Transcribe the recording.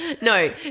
No